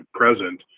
present